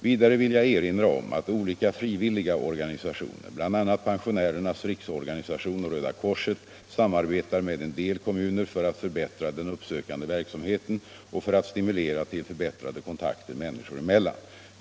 Vidare vill jag erinra om att olika frivilliga organisationer, bl.a. Pensionärernas riksorganisation och Röda korset, samarbetar med en del kommuner för att förbättra den uppsökande verksamheten och för att stimulera till förbättrade kontakter människor emellan.